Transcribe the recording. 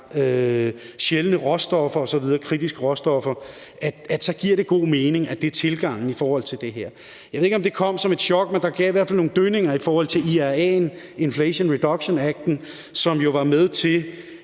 sjældne råstoffer, kritiske råstoffer osv., at det er tilgangen i forhold til det her. Jeg ved ikke, om det kom som et chok, men det gav i hvert fald nogle dønninger, da vi fik IRA, Inflation Reduction Act, som jo var med til,